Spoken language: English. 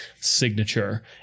signature